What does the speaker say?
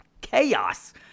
chaos